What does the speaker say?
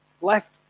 left